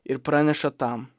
ir praneša tam